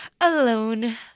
alone